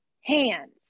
hands